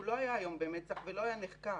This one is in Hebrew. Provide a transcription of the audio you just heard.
הוא לא היה היום במצ"ח ולא היה נחקר.